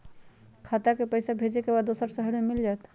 खाता के पईसा भेजेए के बा दुसर शहर में मिल जाए त?